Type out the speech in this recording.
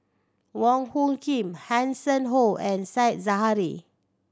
Wong Hung Khim Hanson Ho and Said Zahari